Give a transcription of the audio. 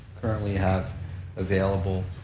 currently have available,